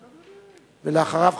אחריו,